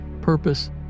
purpose